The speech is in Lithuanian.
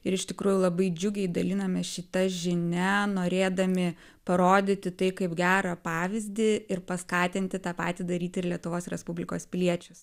ir iš tikrųjų labai džiugiai dalinamės šita žinia norėdami parodyti tai kaip gerą pavyzdį ir paskatinti tą patį daryti ir lietuvos respublikos piliečius